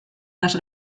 las